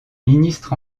ministre